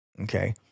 Okay